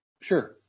Sure